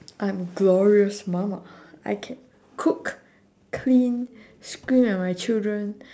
I'm glorious mama I can cook clean scream at my children